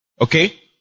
Okay